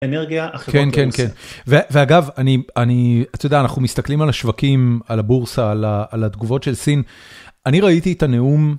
אנרגיה כן כן כן ואגב אני אני אתה יודע אנחנו מסתכלים על השווקים על הבורסה על התגובות של סין אני ראיתי את הנאום.